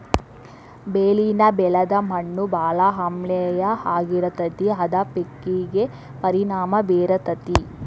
ಬೆಳಿನ ಬೆಳದ ಮಣ್ಣು ಬಾಳ ಆಮ್ಲೇಯ ಆಗಿರತತಿ ಅದ ಪೇಕಿಗೆ ಪರಿಣಾಮಾ ಬೇರತತಿ